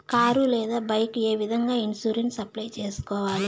car లేదా bike ఏ విధంగా ఇన్సూరెన్సు అప్లై సేసుకోవాలి